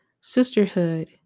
sisterhood